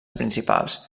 principals